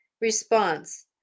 response